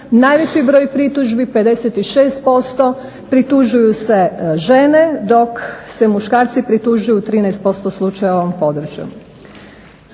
najveći broj pritužbi 56%, pritužuju se žene dok se muškarci pritužuju u 13% slučajeva u ovom području.